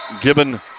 Gibbon